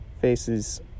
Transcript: faces